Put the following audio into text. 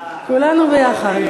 כולנו ביחד.